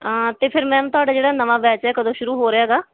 ਅਤੇ ਫਿਰ ਮੈਮ ਤੁਹਾਡਾ ਜਿਹੜਾ ਨਵਾਂ ਬੈਚ ਹੈ ਇਹ ਕਦੋਂ ਸ਼ੁਰੂ ਹੋ ਰਿਹਾ ਹੈਗਾ